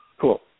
Cool